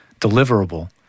deliverable